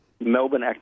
Melbourne